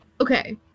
okay